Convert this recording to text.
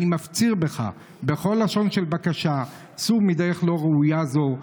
אני מפציר בך בכל לשון של בקשה: סור מדרך לא ראויה זו,